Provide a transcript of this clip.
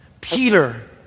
Peter